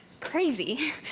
Crazy